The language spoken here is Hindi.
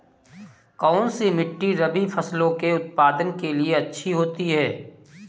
कौनसी मिट्टी रबी फसलों के उत्पादन के लिए अच्छी होती है?